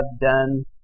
done